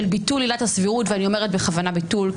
ביטול עילת הסבירות אני אומרת בכוונה ביטול,